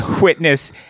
witness